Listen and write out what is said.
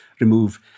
remove